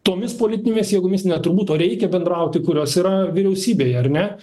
tomis politinėmis jėgomis ne turbūt o reikia bendrauti kurios yra vyriausybėje ar ne